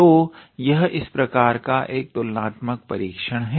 तो यह इस प्रकार का एक तुलनात्मक परीक्षण है